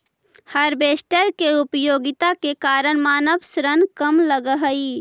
harvester के उपयोगिता के कारण मानव श्रम कम लगऽ हई